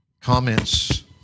comments